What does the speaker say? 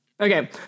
Okay